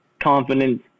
confidence